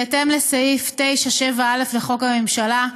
בהתאם לסעיף 9(7)(א) לחוק הממשלה,